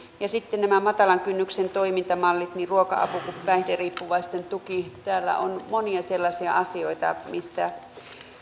ja sitten nämä matalan kynnyksen toimintamallit niin ruoka apu kuin päihderiippuvaisten tuki täällä on monia sellaisia asioita mistä